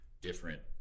different